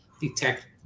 detect